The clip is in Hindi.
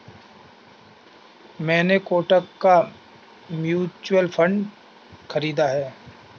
मैंने कोटक का म्यूचुअल फंड खरीदा है